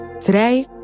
Today